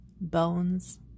bones